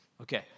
Okay